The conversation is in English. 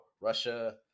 Russia